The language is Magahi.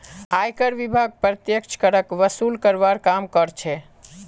आयकर विभाग प्रत्यक्ष करक वसूल करवार काम कर्छे